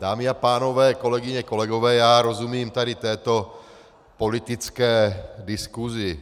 Dámy a pánové, kolegyně, kolegové, já rozumím tady této politické diskusi.